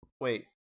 Wait